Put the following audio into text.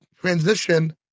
transition